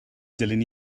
dilyn